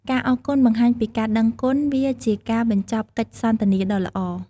ការអរគុណបង្ហាញពីការដឹងគុណវាជាការបញ្ចប់កិច្ចសន្ទនាដ៏ល្អ។